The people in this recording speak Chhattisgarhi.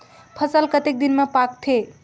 फसल कतेक दिन मे पाकथे?